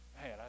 man